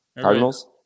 Cardinals